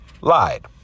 lied